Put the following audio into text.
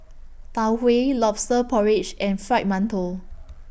Tau Huay Lobster Porridge and Fried mantou